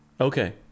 Okay